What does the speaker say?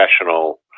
professional